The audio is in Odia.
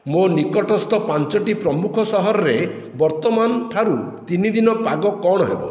ମୋ ନିକଟସ୍ଥ ପାଞ୍ଚଟି ପ୍ରମୁଖ ସହରରେ ବର୍ତ୍ତମାନଠାରୁ ତିନି ଦିନ ପାଗ କ'ଣ ହେବ